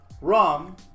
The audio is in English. Rum